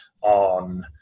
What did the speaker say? on